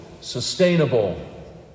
sustainable